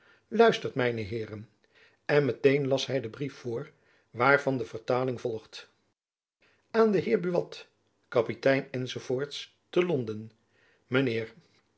luistert mijne heeren en met-een las hy den brief voor waarvan de vertaling volgt aan den heer buat kapitein enz te londen